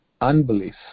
unbelief